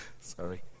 sorry